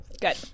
Good